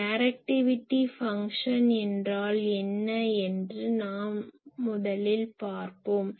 directivity function என்றால் என்ன என்று முதலில் பார்ப்போம்